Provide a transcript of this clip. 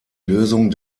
lösung